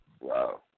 Wow